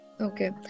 Okay